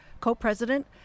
co-president